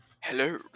Hello